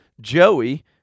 Joey